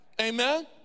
Amen